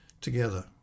together